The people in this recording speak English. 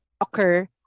occur